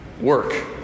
work